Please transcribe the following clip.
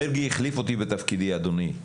מרגי החליף אותי בתפקידי אדוני,